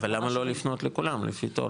אבל למה לא לפנות לכולם, לפי תור?